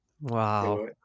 Wow